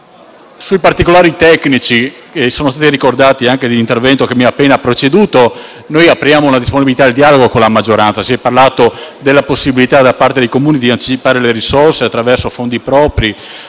Sui particolari tecnici, che sono stati ricordati anche nell'intervento che mi ha preceduto, apriamo una disponibilità al dialogo con la maggioranza. Si è parlato della possibilità da parte dei Comuni di anticipare le risorse attraverso fondi propri